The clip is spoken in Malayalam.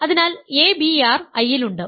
അതിനാൽ abr I ൽ ഉണ്ട്